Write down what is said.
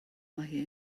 mae